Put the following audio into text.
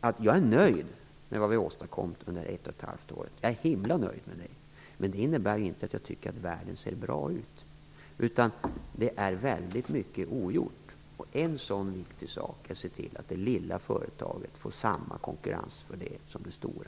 att jag är himla nöjd med det som vi har åstadkommit under ett och ett halvt år. Men det innebär inte att jag tycker att världen ser bra ut, utan väldigt mycket är ogjort. En sådan viktig sak är att se till att det lilla företaget får samma konkurrensfördel som det stora.